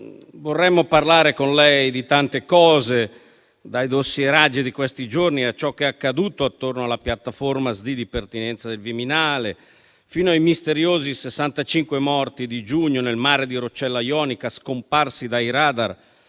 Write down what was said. vorremmo parlare con lei di tante cose, dai dossieraggi di questi giorni a ciò che è accaduto attorno alla piattaforma SDI di pertinenza del Viminale, fino ai misteriosi 65 morti di giugno nel mare di Roccella Ionica, scomparsi dai *radar*